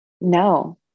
No